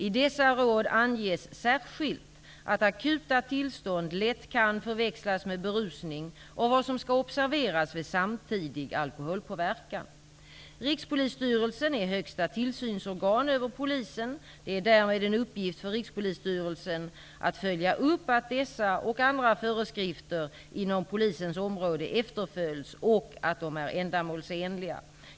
I dessa råd anges särskilt att akuta tillstånd lätt kan förväxlas med berusning och vad som skall observeras vid samtidig alkoholpåverkan. Rikspolisstyrelsen är högsta tillsynsorgan över polisen. Det är därmed en uppgift för Rikspolisstyrelsen att följa upp att dessa -- och andra -- föreskrifter inom polisens område efterföljs och att de är ändamålsenliga.